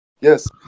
yes